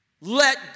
Let